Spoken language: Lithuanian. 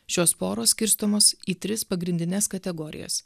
šios poros skirstomos į tris pagrindines kategorijas